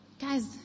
Guys